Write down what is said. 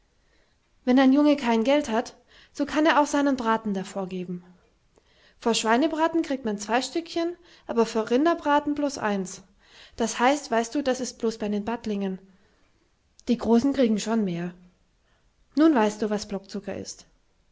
wenn ein junge kein geld hat so kann er auch seinen braten dervor geben vor schweinebraten krigt man zwei stückchen aber vor rinderbraten blos eins das heißt weißt du das ist blos bei den battlingen die großen kriegen schon mehr nun weißt du was blokzucker ist